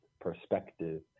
perspective